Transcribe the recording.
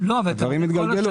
הדברים התגלגלו.